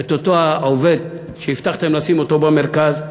אותו עובד שהבטחתם לשים אותו במרכז,